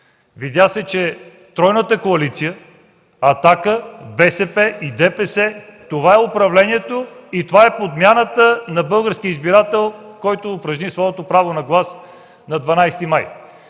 Видя се, че тройната коалиция –„Атака”, БСП и ДПС, това е управлението и това е подмяната на българския избирател, който упражни своето право на глас на 12 май.